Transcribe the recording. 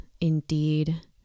indeed